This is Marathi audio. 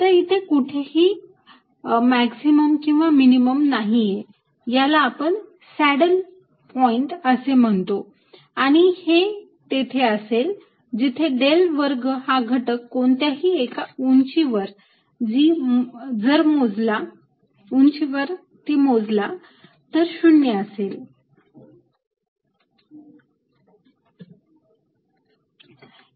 तर इथे कुठेही मॅक्झिमम किंवा मिनिमम नाहीये याला आपण सॅडल पॉईंट असे म्हणतो आणि हे तेथे असेल जिथे डेल वर्ग हा घटक कोणत्याही एका उंचीवरती जर मोजला तर 0 असेल